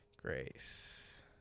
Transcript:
Grace